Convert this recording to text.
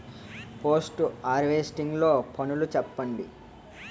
Post harvesting లో పనులను చెప్పండి?